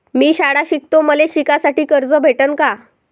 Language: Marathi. मी शाळा शिकतो, मले शिकासाठी कर्ज भेटन का?